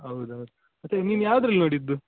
ಹೌದು ಹೌದು ಮತ್ತೆ ನೀನು ಯಾವ್ದ್ರಲ್ಲಿ ನೋಡಿದ್ದು